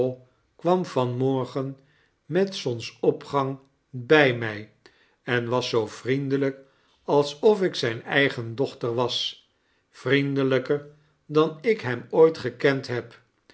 kwam van morgen met zonsopgang bij mij en was zoo vriendelijk alsof ik zfjn eigen dochter was vriendelijta dan ik hem ooit gekend heb